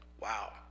wow